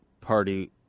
Party